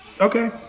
Okay